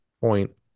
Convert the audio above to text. point